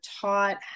taught